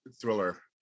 thriller